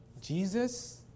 Jesus